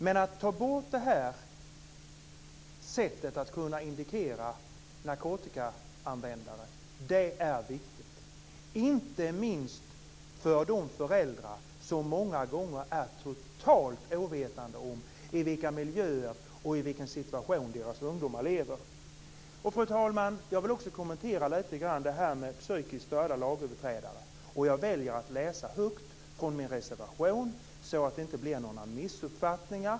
Men det är viktigt att inte ta bort detta sätt att kunna indikera narkotikaanvänding, inte minst för de föräldrar som många gånger är totalt ovetande om i vilka miljöer deras ungdomar vistas. Fru talman! Jag vill också kommentera detta med psykiskt störda lagöverträdare. Jag väljer att läsa högt ur min reservation, så att det inte blir några missuppfattningar.